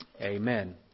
Amen